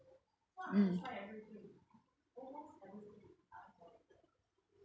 mm